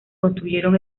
construyeron